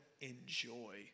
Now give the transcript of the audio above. enjoy